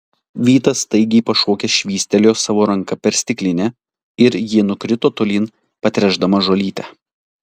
vytas staigiai pašokęs švystelėjo savo ranka per stiklinę ir ji nukrito tolyn patręšdama žolytę